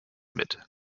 mit